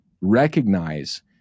recognize